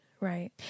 right